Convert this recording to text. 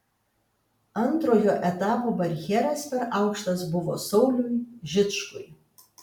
antrojo etapo barjeras per aukštas buvo sauliui žičkui